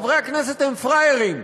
חברי הכנסת הם פראיירים,